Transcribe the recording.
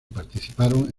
participaron